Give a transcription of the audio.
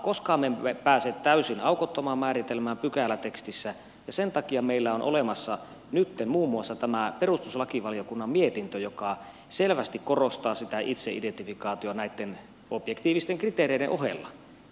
koskaan me emme pääse täysin aukottomaan määritelmään pykälätekstissä ja sen takia meillä on olemassa nytten muun muassa tämä perustuslakivaliokunnan mietintö joka selvästi korostaa sitä itseidentifikaatiota näitten objektiivisten kriteereiden ohella